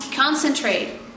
Concentrate